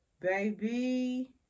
baby